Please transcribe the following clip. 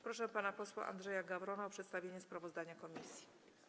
Proszę pana posła Andrzeja Gawrona o przedstawienie sprawozdania komisji.